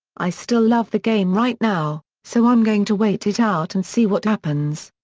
i still love the game right now, so i'm going to wait it out and see what happens.